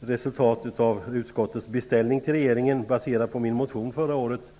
resultat av utskottets beställning till regeringen -- baserat på min motion förra året.